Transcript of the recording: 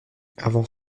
avant